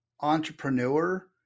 entrepreneur